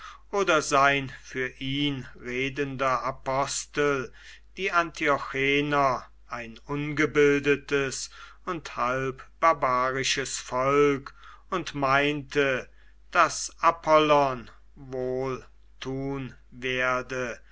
oder sein für ihn redender apostel die antiochener ein ungebildetes und halb barbarisches volk und meinte daß apollon wohl tun werde